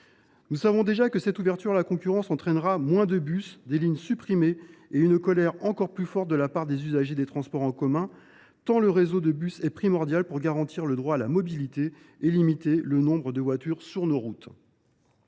Nous le savons déjà, cette ouverture à la concurrence entraînera moins de bus, des lignes supprimées et une colère encore plus forte de la part des usagers des transports en commun, tant le réseau de bus est primordial pour garantir le droit à la mobilité et limiter le nombre de voitures sur nos routes.